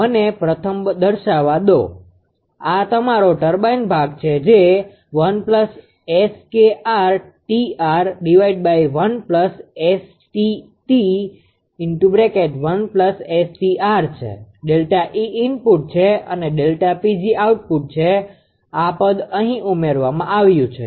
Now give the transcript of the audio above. મને પ્રથમ દર્શાવવા દો આ તમારો ટર્બાઇન ભાગ છે જે છે ΔE ઇનપુટ છે અને ΔPg આઉટપુટ છે અને આ પદ અહી ઉમેરવામાં આવ્યું છે